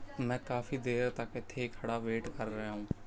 ਮੈਂ ਕਾਫ਼ੀ ਦੇਰ ਤੱਕ ਇੱਥੇ ਹੀ ਖੜ੍ਹਾ ਵੇਟ ਕਰ ਰਿਹਾ ਹਾਂ